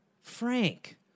Frank